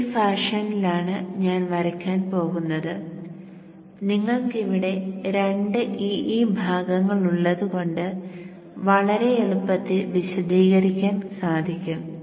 ഈ ഫാഷനിലാണ് ഞാൻ വരയ്ക്കാൻ പോകുന്നത് നിങ്ങൾക്ക് ഇവിടെ രണ്ട് E E ഭാഗങ്ങൾ ഉള്ളതുകൊണ്ട് വളരെ എളുപ്പത്തിൽ വിശദീകരിയ്ക്കാൻ സാധിക്കും